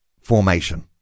formation